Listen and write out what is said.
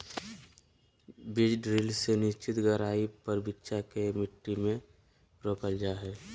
बीज ड्रिल से निश्चित गहराई पर बिच्चा के मट्टी में रोपल जा हई